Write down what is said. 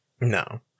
No